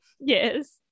yes